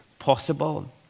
possible